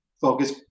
focus